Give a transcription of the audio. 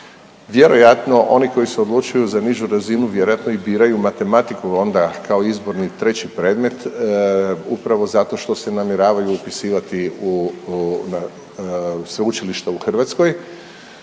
Vjerojatno oni koji se odlučuju za nižu razinu vjerojatno i biraju matematiku, a onda kao izborni treći predmet upravo zato što se namjeravaju upisivati u sveučilišta u Hrvatskoj